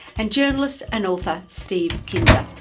and journalist and author, steve kinzer.